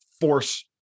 force